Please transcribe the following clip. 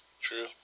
True